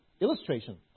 illustration